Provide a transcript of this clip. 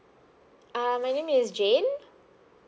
um my name is jane